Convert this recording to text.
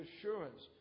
assurance